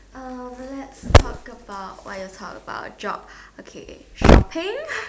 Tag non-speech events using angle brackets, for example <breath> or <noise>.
uh let's talk about why you talk about jog okay shopping <breath>